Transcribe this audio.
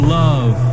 love